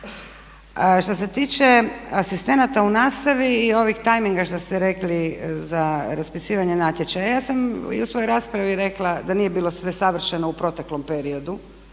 Šta se tiče asistenata u nastavi i ovih timinga što ste rekli za raspisivanje natječaja. Ja sam i u svojoj raspravi rekla da nije bilo sve savršeno u proteklom periodu,